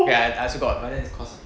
okay I I also got but then is cause